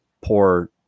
poor